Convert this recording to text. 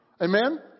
Amen